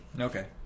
okay